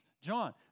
John